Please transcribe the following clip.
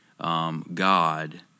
God